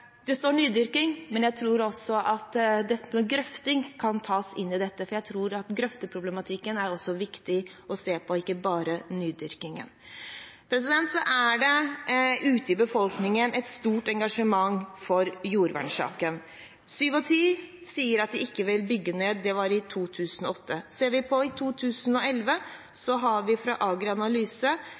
det står nydyrking, men jeg tror også at grøfting kan tas inn i dette, for jeg tror at grøfteproblematikken også er viktig å se på, ikke bare nydyrkingen. Det er ute i befolkningen et stort engasjement for jordvernsaken. Sju av ti sier at de ikke vil bygge ned. Det var i 2008. Ser vi på 2011, har vi gjennom AgriAnalyse fått beskjed fra